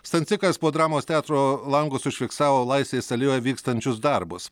stancikas po dramos teatro langus užfiksavo laisvės alėjoje vykstančius darbus